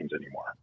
anymore